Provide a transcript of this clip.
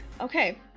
Okay